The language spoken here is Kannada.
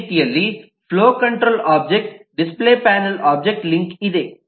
ಬೇರೆ ರೀತಿಯಲ್ಲಿ flow control object display panel ಒಬ್ಜೆಕ್ಟ್ಗೆ ಲಿಂಕ್ ಇದೆ